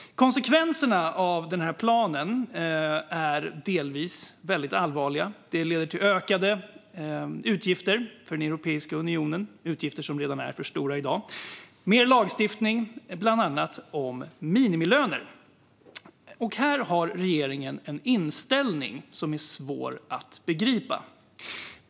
Konsekvenserna av denna plan är delvis väldigt allvarliga. De leder till ökade utgifter för Europeiska unionen, utgifter som redan är för stora i dag, och mer lagstiftning bland annat om minimilöner. Här har regeringen en inställning som är svår att begripa.